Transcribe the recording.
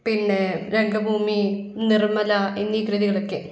പിന്നെ രംഗഭൂമി നിർമല എന്നീ കൃതികളൊക്കെ